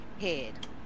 head